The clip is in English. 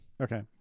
okay